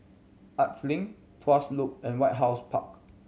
Arts Link Tuas Loop and White House Park